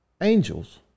angels